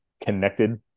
connected